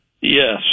Yes